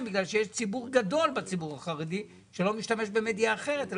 בגלל שיש ציבור גדול בציבור החרדי שלא משתמש במדיה אחרת,